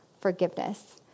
forgiveness